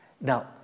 Now